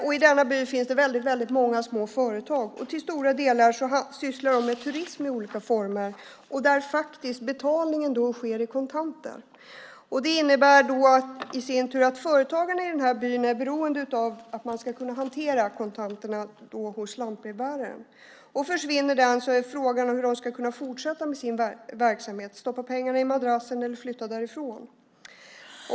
I denna by finns väldigt många små företag. Till stora delar sysslar dessa företag med turism i olika former där betalningen faktiskt sker i kontanter. Det innebär i sin tur att företagen i byn är beroende av att man kan hantera kontanterna hos lantbrevbäraren. Försvinner den möjligheten är frågan hur de ska kunna fortsätta med sin verksamhet. Ska de stoppa pengarna i madrassen eller flytta därifrån?